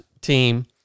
team